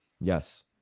Yes